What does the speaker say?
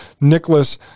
Nicholas